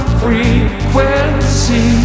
frequency